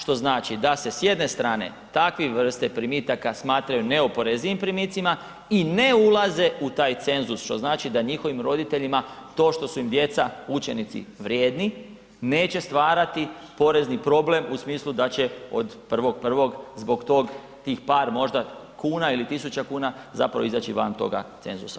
Što znači da se s jedne strane takve vrste primitaka smatraju neoporezivim primitcima i ne ulaze u taj cenzus što znači da njihovim roditeljima to što su im djeca učenici vrijedni neće stvarati porezni problem u smislu da će od 1.1. zbog tog, tih par možda kuna ili tisuća kuna zapravo izaći van toga cenzusa.